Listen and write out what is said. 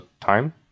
time